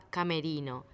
Camerino